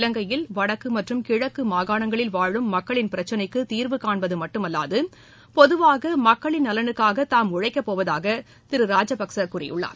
இலங்கையில் வடக்கு மற்றும் கிழக்கு மாகாணங்களில் வாழும் மக்களின் பிரச்சிளைக்கு தீர்வுகாண்பது மட்டுமல்லாது பொதுவாக மக்களின் நலனுக்காக தாம் உழைக்கப்போவதாக கூறியுள்ளார்